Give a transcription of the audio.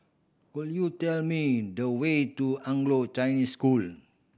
could you tell me the way to Anglo Chinese School